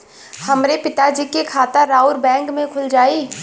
हमरे पिता जी के खाता राउर बैंक में खुल जाई?